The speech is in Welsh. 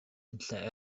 unlle